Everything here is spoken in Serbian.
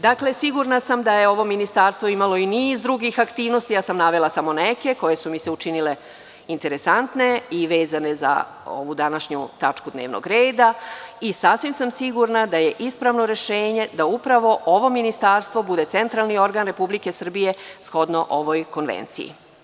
Dakle, sigurna sam da je ovo ministarstvo imalo i niz drugih aktivnosti, a ja sam navela samo neke koje su mi se učinile interesantne i vezane za ovu današnju tačku dnevnog reda i sasvim sam sigurna da je ispravno rešenje da upravo ovo ministarstvo bude centralni organ Republike Srbije, shodno ovoj konvenciji.